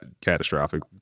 catastrophic